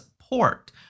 port